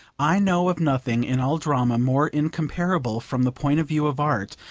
i know of nothing in all drama more incomparable from the point of view of art,